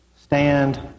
Stand